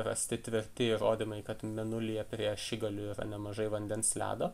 rasti tvirti įrodymai kad mėnulyje prie ašigalių yra nemažai vandens ledo